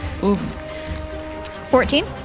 14